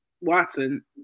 Watson